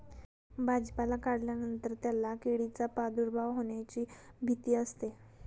भाजीपाला काढल्यानंतर त्याला किडींचा प्रादुर्भाव होण्याची भीती असते